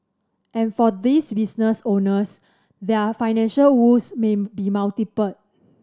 and for these business owners their financial woes may be multiple